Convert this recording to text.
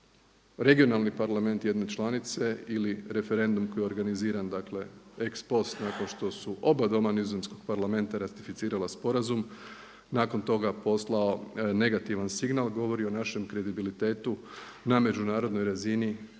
regionalni parlament jedne članice ili referendum koji je organiziran dakle ex post nakon što su oba doma nizozemskog Parlamenta ratificirala sporazum nakon toga poslao negativan signal govori o našem kredibilitetu na međunarodnoj razini